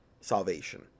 salvation